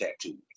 tattoos